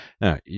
Now